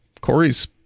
Corey's